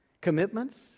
Commitments